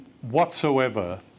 whatsoever